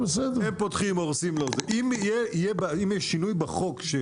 הם פותחים הורסים, אם יהיה שינוי בחוק.